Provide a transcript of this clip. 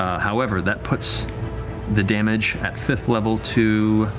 however, that puts the damage at sixth level to